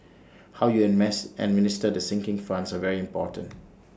how you A mas administer the sinking funds are very important